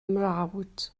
mrawd